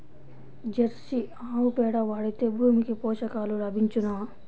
Jersey ఆవు పేడ వాడితే భూమికి పోషకాలు లభించునా?